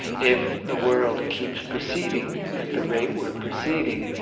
if the world keeps proceeding at the rate we're proceeding,